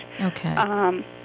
Okay